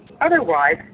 Otherwise